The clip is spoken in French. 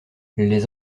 les